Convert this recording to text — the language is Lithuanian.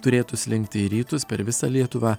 turėtų slinkti į rytus per visą lietuvą